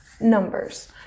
numbers